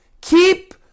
Keep